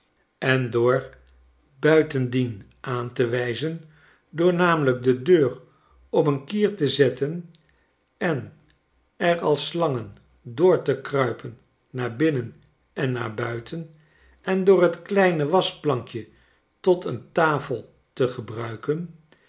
en door buitendien aan te wijzen door namelijk de deur op een kier te zetten en er als slangen door te kruipen naar binnen en naar buiten en door het kleine waschplnkje tot een tafel te gebruiken